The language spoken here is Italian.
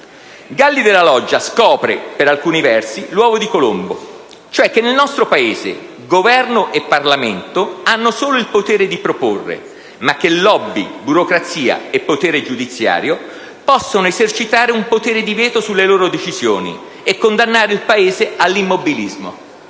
Galli della Loggia scopre per alcuni versi l'uovo di Colombo, ossia che nel nostro Paese Governo e Parlamento hanno solo il potere di proporre, ma che *lobbies*, burocrazia e potere giudiziario possono esercitare un potere di veto sulle loro decisioni e condannare il Paese all'immobilismo.